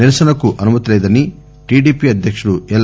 నిరసనకు అనుమతి లేదని టిడిపి అధ్యకుడు ఎల్